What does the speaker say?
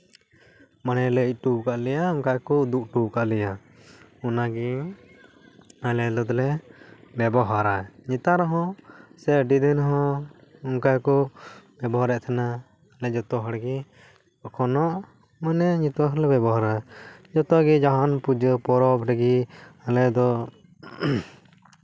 ᱢᱟᱱᱮ ᱞᱟᱹᱭ ᱦᱚᱴᱚ ᱟᱠᱟᱫ ᱞᱮᱭᱟ ᱚᱱᱠᱟ ᱜᱮᱠᱚ ᱩᱫᱩᱜ ᱦᱚᱴᱚ ᱟᱠᱟᱫ ᱞᱮᱭᱟ ᱚᱱᱟ ᱜᱮ ᱟᱞᱮᱼᱟᱞᱮ ᱫᱚᱞᱮ ᱵᱮᱵᱚᱦᱟᱨᱟ ᱱᱮᱛᱟᱨ ᱦᱚᱸ ᱥᱮ ᱟᱹᱰᱤ ᱫᱤᱱ ᱦᱚᱸ ᱚᱱᱠᱟ ᱜᱮᱠᱚ ᱵᱮᱵᱚᱦᱟᱨᱮᱫ ᱛᱟᱦᱮᱸᱱᱟ ᱟᱞᱮ ᱡᱚᱛᱚ ᱦᱚᱲ ᱜᱮ ᱮᱠᱷᱚᱱᱳ ᱢᱟᱱᱮ ᱡᱚᱛᱚ ᱦᱚᱲ ᱞᱮ ᱵᱮᱵᱚᱦᱟᱨᱟ ᱡᱚᱛᱟ ᱜᱮ ᱡᱟᱦᱟᱸᱱᱟ ᱯᱩᱡᱟᱹ ᱯᱚᱨᱚᱵ ᱨᱮᱜᱮ ᱟᱞᱮ ᱫᱚ